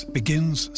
begins